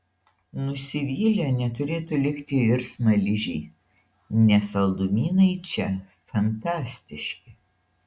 nusivylę neturėtų likti ir smaližiai nes saldumynai čia fantastiški